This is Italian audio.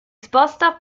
sposta